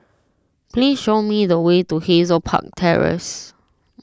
please show me the way to Hazel Park Terrace